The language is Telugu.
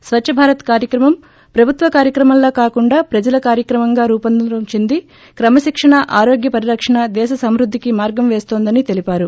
స్వచ్చ భారత్ కార్యక్రమం ప్రభుత్వ కార్యక్రమంలా కాకుండా ప్రజల కార్యక్రమంగా రూపాంతరం చెంది క్రమ శిక్షణ ఆరోగ్య పరిరకణణ దేశ సమృద్ధికి మార్గం పేన్తోందని తెలిపారు